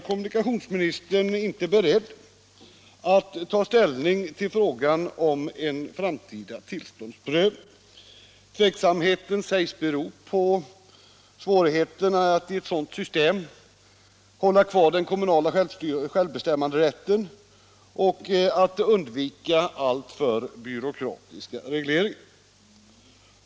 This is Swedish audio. Kommunikationsministern är dock inte beredd att ta ställning till frågan om en framtida tillståndsprövning. Tveksamheten sägs bero på svårigheterna att i ett sådant system hålla kvar den kommunala självbestämmanderätten och undvika alltför byråkratiska regleringar.